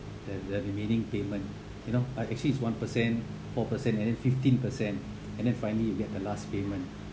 the the remaining payment you know uh it's actually is one percent four percent and then fifteen percent and then finally we're at the last payment